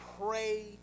pray